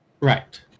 Right